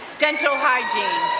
dental hygiene.